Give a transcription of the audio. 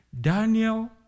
Daniel